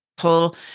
whole